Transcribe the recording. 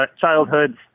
childhood